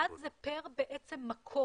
ואז זה פר בעצם מקום.